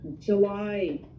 july